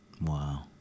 wow